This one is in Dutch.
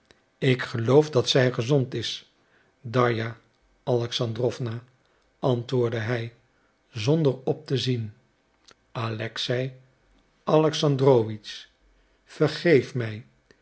ik geloof dat zij gezond is darja alexandrowna antwoordde hij zonder op te zien alexei alexandrowitsch vergeef mij